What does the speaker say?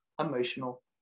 emotional